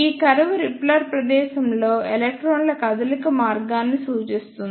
ఈ curves repeller ప్రదేశంలో ఎలక్ట్రాన్ల కదలిక మార్గాన్ని సూచిస్తుంది